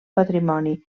patrimoni